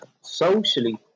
Socially